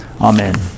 Amen